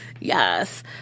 Yes